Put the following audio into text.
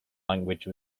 language